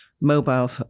mobile